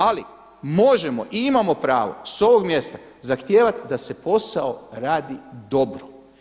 Ali možemo i imamo pravo sa ovog mjesta zahtijevati da se posao radi dobro.